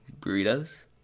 burritos